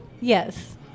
yes